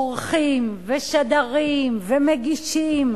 עורכים ושדרים ומגישים,